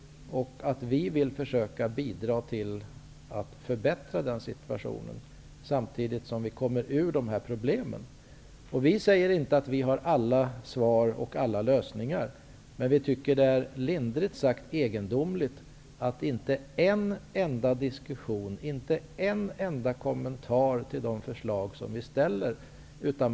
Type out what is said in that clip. Vi vill försöka bidra till att förbättra situationen, samtidigt som nationen kommer ur problemen. Vi säger inte att vi har alla svar och alla lösningar, men vi tycker lindrigt sagt att det är egendomligt att det inte blir en enda diskussion kring eller kommentar till de förslag vi ställer.